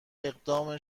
اقدام